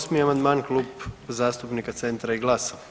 45. amandman Klub zastupnika Centra i GLAS-a.